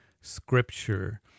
Scripture